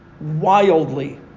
wildly